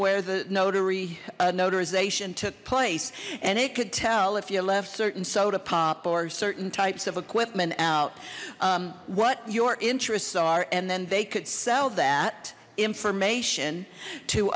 notarization took place and it could tell if you're left certain soda pop or certain types of equipment out what your interests are and then they could sell that information to